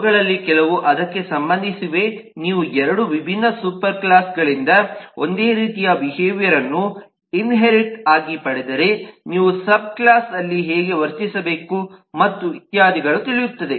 ಅವುಗಳಲ್ಲಿ ಕೆಲವು ಅದಕ್ಕೆ ಸಂಬಂಧಿಸಿವೆ ನೀವು 2 ವಿಭಿನ್ನ ಸೂಪರ್ ಕ್ಲಾಸ್ಗಳಿಂದ ಒಂದೇ ರೀತಿಯ ಬಿಹೇವಿಯರ್ಅನ್ನು ಇನ್ಹೇರಿಟ್ಆಗಿ ಪಡೆದರೆ ನೀವು ಸಬ್ ಕ್ಲಾಸ್ಅಲ್ಲಿ ಹೇಗೆ ವರ್ತಿಸಬೇಕು ಮತ್ತು ಇತ್ಯಾದಿಗಳು ತಿಳಿಯುತ್ತವೆ